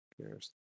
cares